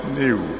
new